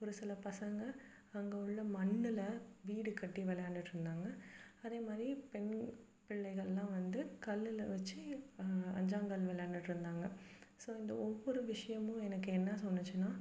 ஒரு சில பசங்கள் அங்கே உள்ள மண்ணில் வீடு கட்டி விளாண்டுட்ருந்தாங்க அதேமாதிரி பெண் பிள்ளைங்களெலாம் வந்து கல்லில் வச்சு அங்கே அஞ்சாங்கல் விளையாண்டுட்ருந்தாங்க ஸோ இந்த ஒவ்வொரு விஷயமும் எனக்கு என்ன சொன்னிச்சுன்னா